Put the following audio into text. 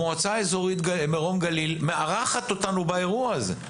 המועצה האזורית מרום גליל מארחת אותנו באירוע הזה,